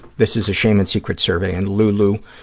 this is a shame and secrets survey, and lulu